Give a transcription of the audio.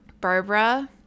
Barbara